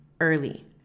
early